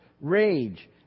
rage